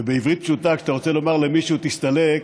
ובעברית פשוטה, כשאתה רוצה לומר למישהו "תסתלק",